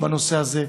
בנושא הזה,